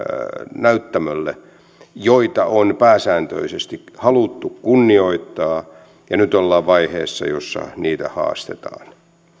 näyttämölle joita on pääsääntöisesti haluttu kunnioittaa ja nyt ollaan vaiheessa jossa niitä haastetaan